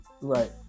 Right